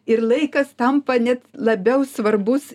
ir laikas tampa net labiau svarbus